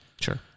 Sure